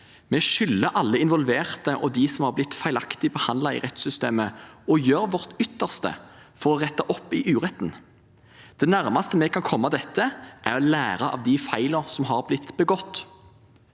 Vi skylder alle involverte og dem som har blitt feilaktig behandlet i rettssystemet, å gjøre vårt ytterste for å rette opp i uretten. Det nærmeste vi kan komme dette, er å lære av de feilene som har blitt begått.